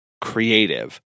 creative